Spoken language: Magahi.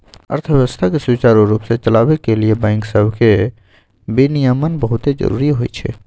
अर्थव्यवस्था के सुचारू रूप से चलाबे के लिए बैंक सभके विनियमन बहुते जरूरी होइ छइ